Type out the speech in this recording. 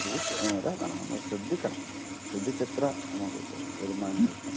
സൂക്ഷി ഇതാകണം നമ്മൾ ശ്രദ്ധിക്കണം ശ്രദ്ധിച്ചത്ര നമുക്ക് വരുമാനം കിട്ടും